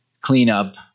cleanup